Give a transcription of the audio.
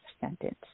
sentence